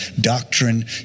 doctrine